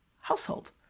household